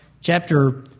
chapter